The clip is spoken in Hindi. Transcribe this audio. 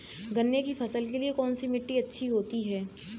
गन्ने की फसल के लिए कौनसी मिट्टी अच्छी होती है?